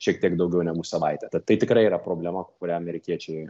šiek tiek daugiau negu savaitę tad tai tikrai yra problema kurią amerikiečiai